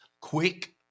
quick